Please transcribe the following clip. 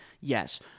yes